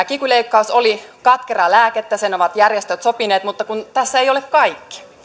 kiky leikkaus oli katkeraa lääkettä sen ovat järjestöt sopineet mutta kun tässä ei ole kaikki